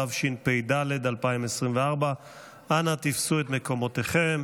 התשפ"ד 2024. אנא תפסו את מקומותיכם.